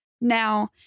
Now